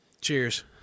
Cheers